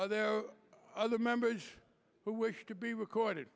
are there other members who were to be recorded